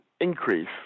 increase